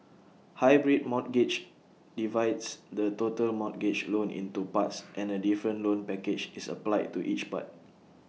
hybrid mortgages divides the total mortgage loan into parts and A different loan package is applied to each part